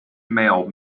mail